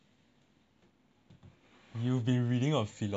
you've been reading on philosophy why